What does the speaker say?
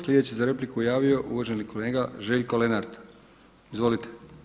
Sljedeći se za repliku javio uvaženi kolega Željko Lenart, izvolite.